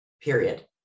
period